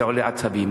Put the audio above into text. זה עולה עצבים.